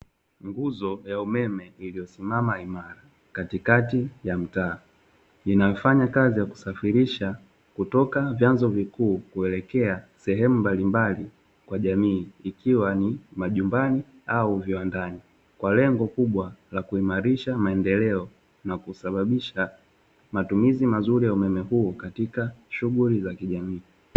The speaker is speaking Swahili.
Nguzo ya umeme iliyosimama imara katikati ya mtaa inafanyakazi ya kusafirisha kutoka vyanzo vikuu kuelekea sehemu mbalimbali kwa jamii, ikiwa ni majumbani au viwandani kwa lengo kubwa la kuimarisha maendeleo na kusababisha matumizi mazuri ya umeme huu katika shughuli za kijamii.